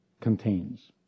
contains